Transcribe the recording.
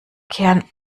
kehren